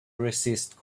resist